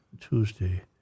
Tuesday